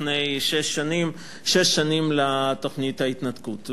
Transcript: לפני שש שנים, שש שנים לתוכנית ההתנתקות.